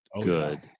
good